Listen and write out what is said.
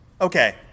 Okay